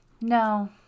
No